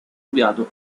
obiadu